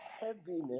heaviness